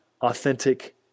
authentic